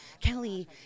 Kelly